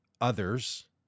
others